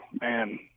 Man